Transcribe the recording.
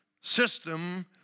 system